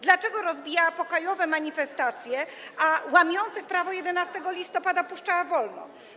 Dlaczego rozbijała pokojowe manifestacje, a łamiących prawo 11 listopada puszczała wolno?